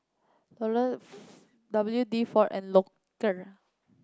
W D four and Loacker